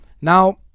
Now